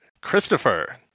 Christopher